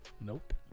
Nope